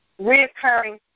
reoccurring